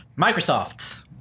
Microsoft